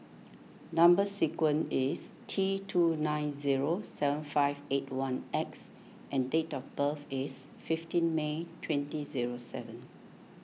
Number Sequence is T two nine zero seven five eight one X and date of birth is fifteen May twenty zero seven